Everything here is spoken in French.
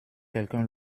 quelqu’un